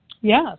Yes